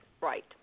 right